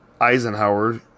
Eisenhower